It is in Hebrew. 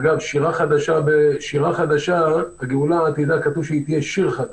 אגב, שיר"ה חדשה, כתוב שהיא תהיה שיר חדש.